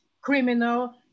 criminal